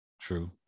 True